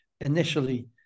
initially